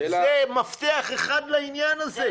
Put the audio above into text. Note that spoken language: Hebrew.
זה מפתח אחד לעניין הזה.